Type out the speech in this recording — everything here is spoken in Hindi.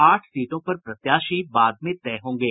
आठ सीटों पर प्रत्याशी बाद में तय होंगे